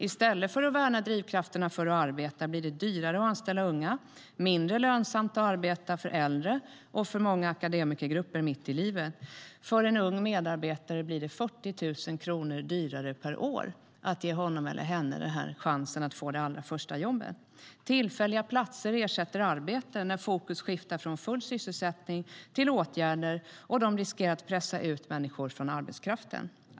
I stället för att värna drivkrafterna för att arbeta gör man det dyrare att anställa unga och mindre lönsamt att arbeta för äldre och för många akademikergrupper mitt i livet. Det blir 40 000 kronor dyrare per år att ge en ung medarbetare chansen att få det allra första jobbet. Tillfälliga platser ersätter arbete när fokus skiftar från full sysselsättning till åtgärder som riskerar att pressa ut människor från arbetskraften.